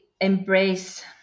embrace